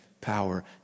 power